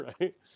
right